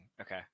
Okay